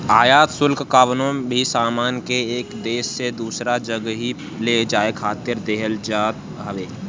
आयात शुल्क कवनो भी सामान के एक देस से दूसरा जगही ले जाए खातिर देहल जात हवे